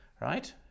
Right